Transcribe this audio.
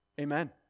Amen